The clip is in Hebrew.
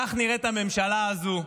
כך נראה את הממשלה הזו: